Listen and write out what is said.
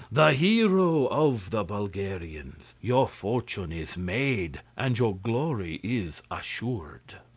the hero of the bulgarians. your fortune is made, and your glory is assured.